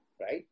right